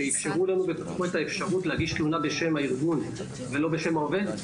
שאפשרו לנו ופתחו את האפשרות להגיש תלונה בשם הארגון ולא בשם העובד.